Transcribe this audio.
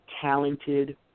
talented